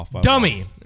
Dummy